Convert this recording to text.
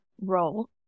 role